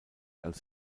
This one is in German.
als